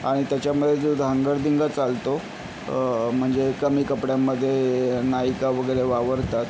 आणि त्याच्यामध्ये जो धांगडधिंगा चालतो म्हणजे कमी कपड्यांमध्ये नायिका वगैरे वावरतात